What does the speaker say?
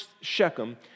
Shechem